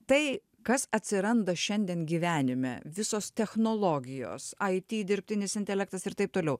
tai kas atsiranda šiandien gyvenime visos technologijos it dirbtinis intelektas ir taip toliau